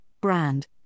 brand